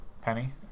penny